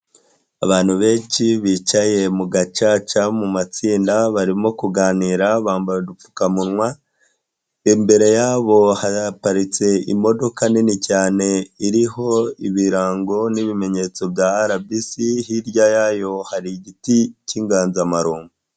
Abantu benshi, bicaye mu gacaca mu matsinda, barimo kuganira bambaye udupfukamunwa, imbere yabo haparitse imodoka nini cyane, iriho ibirango n'ibimenyetso bya RBC, hirya yayo hari igiti cy'inganzamarumbo.